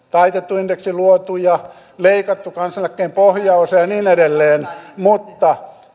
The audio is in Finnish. taitettu indeksi luotu ja leikattu kansaneläkkeen pohjaosa ja niin edelleen mutta